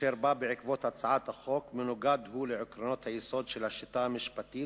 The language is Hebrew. "אשר בא בעקבות הצעת החוק מנוגד הוא לעקרונות היסוד של השיטה המשפטית,